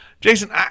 Jason